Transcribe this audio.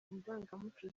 indangamuco